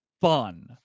fun